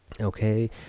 Okay